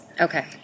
Okay